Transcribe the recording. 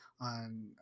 On